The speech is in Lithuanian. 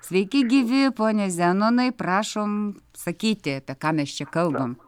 sveiki gyvi pone zenonai prašom sakyti apie ką mes čia kalbam